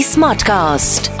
Smartcast